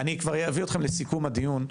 אני אביא אתכם כבר לסיכום הדיון.